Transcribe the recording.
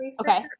okay